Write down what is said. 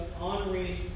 honoring